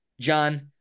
john